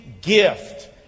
gift